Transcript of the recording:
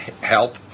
help